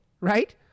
right